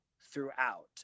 throughout